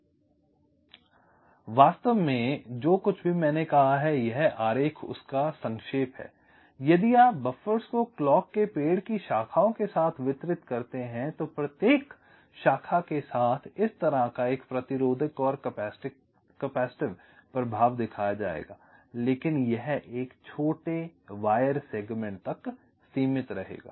इसलिए वास्तव में जो कुछ भी मैंने कहा है यह आरेख उसका संक्षेप है यदि आप बफ़र्स को क्लॉक के पेड़ की शाखाओं के साथ वितरित करते हैं तो प्रत्येक शाखा के साथ इस तरह का एक प्रतिरोधक और कैपेसिटिव प्रभाव दिखाया जाएगा लेकिन यह छोटे वायर सेगमेंट तक सीमित रहेगा